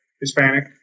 Hispanic